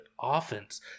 offense